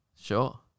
Sure